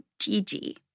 Gigi